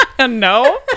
No